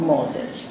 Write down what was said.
Moses